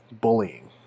bullying